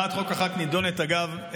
הצעת חוק אחת תידון, אגב,